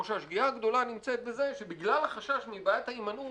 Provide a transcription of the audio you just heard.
או שהשגיאה הגדולה נמצאת בזה שבגלל החשש מבעיית ההימנעות,